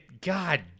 God